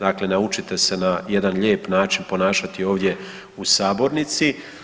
Dakle, naučite se na jedan lijep način ponašati ovdje u sabornici.